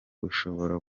ushobora